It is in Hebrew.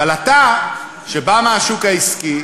אבל אתה, שבא מהשוק העסקי